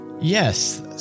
yes